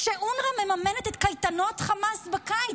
כשאונר"א מממנת את קייטנות חמאס בקיץ,